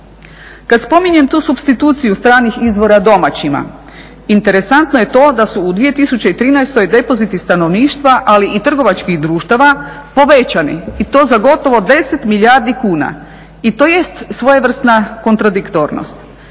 Kad spominjem tu supstituciju stranih izvora domaćima, interesantno je to da su u 2013. depoziti stanovništva, ali i trgovačkih društava povećani i to za gotovo 10 milijardi kuna i to jest svojevrsna kontradiktornost.